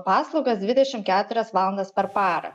paslaugas dvidešim keturias valandas per parą